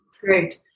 Great